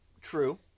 True